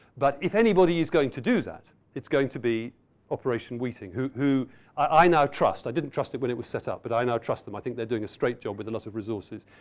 but if anybody is going to do that, it's going to be operation weeting, who who i now trust. i didn't trust it when it was set up, but i now trust them. i think that they're doing a straight job with a lot of resources.